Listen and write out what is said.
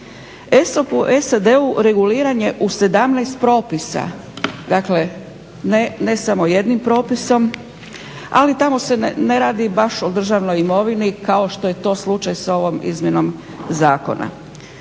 SAD reguliran je u 17 propisa. Dakle ne samo jednim propisom ali tamo se ne radi baš o državnoj imovinom kao što je to slučaj s ovom izmjenom zakona.